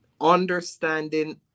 understanding